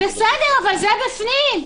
בסדר, אבל זה בפנים.